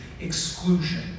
exclusion